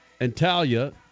antalya